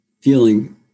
feeling